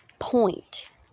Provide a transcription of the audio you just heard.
point